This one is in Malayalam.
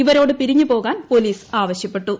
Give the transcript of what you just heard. ഇവരോട് പിരിഞ്ഞു പോകാൻ പോലീസ് ആവശ്യപ്പെട്ടു